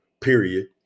period